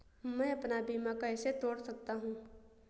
मैं अपना बीमा कैसे तोड़ सकता हूँ?